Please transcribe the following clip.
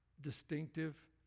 distinctive